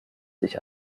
sich